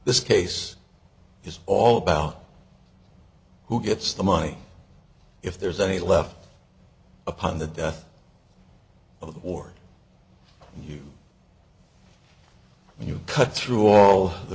this case is all about who gets the money if there's any left upon the death of the lord and you when you cut through all the